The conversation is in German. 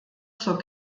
zur